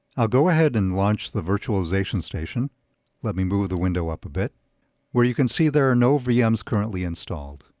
i'll go ahead and launch the virtualization station let me move the window up a bit where you can see there are no vms currently installed.